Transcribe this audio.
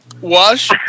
Wash